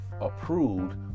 approved